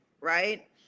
right